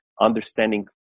understanding